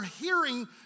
hearing